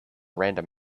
random